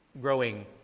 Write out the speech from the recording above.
growing